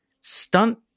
Stunt